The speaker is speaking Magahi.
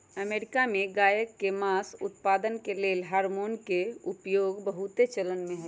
अमेरिका में गायके मास उत्पादन के लेल हार्मोन के उपयोग बहुत चलनमें हइ